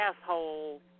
asshole